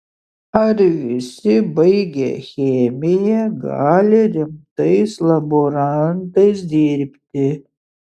ar visi baigę chemiją gali rimtais laborantais dirbti